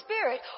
spirit